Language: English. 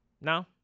No